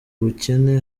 ubukene